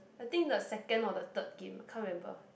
I think the second or the third game I can't remember